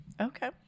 Okay